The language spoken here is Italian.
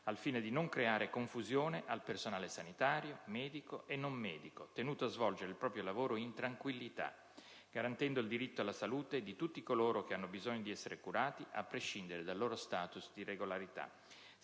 al fine di non creare confusione al personale sanitario, medico e non medico, tenuto a svolgere il proprio lavoro in tranquillità, garantendo il diritto alla salute di tutti coloro che hanno bisogno di essere curati, a prescindere dal loro status di «regolarità»,